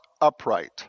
upright